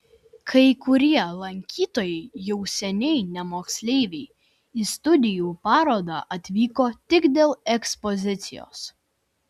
kai kurie lankytojai jau seniai ne moksleiviai į studijų parodą atvyko tik dėl ekspozicijos